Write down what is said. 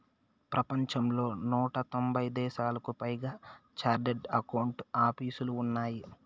ప్రపంచంలో నూట తొంభై దేశాలకు పైగా చార్టెడ్ అకౌంట్ ఆపీసులు ఉన్నాయి